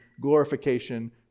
glorification